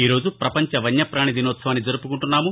ఈరోజు ప్రపంచ వన్యపాణి దినోత్సవాన్ని జరుపుకుంటున్నాము